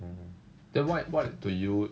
ya then what what to you